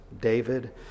David